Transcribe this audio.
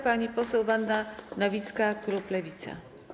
Pani poseł Wanda Nowicka, klub Lewica.